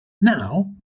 Now